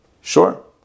Sure